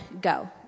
go